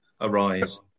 arise